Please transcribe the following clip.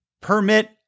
permit